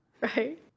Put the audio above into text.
Right